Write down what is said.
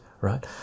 right